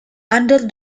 under